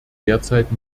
derzeit